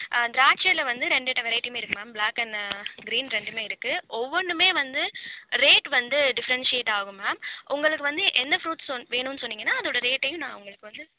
திராச்சையில வந்து ரெண்டு ரெண்டு வெரைட்டிஸ் இருக்கு மேம் ப்ளாக் அண்ட் க்ரீன் ரெண்டுமே இருக்கு ஒவ்வொன்றுமே வந்து ரேட் வந்து டிஃப்ரெண்ஷியேட் ஆகும் மேம் உங்களுக்கு வந்து என்ன ஃப்ரூட்ஸ் வேணும்னு சொன்னீங்கன்னா அதோட ரேட்டையும் நான் உங்களுக்கு வந்து